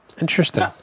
Interesting